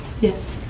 Yes